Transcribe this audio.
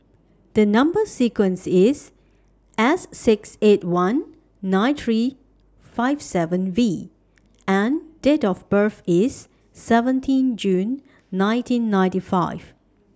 The Number sequence IS S six eight one nine three five seven V and Date of birth IS seventeen June nineteen ninety five